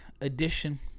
edition